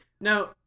Now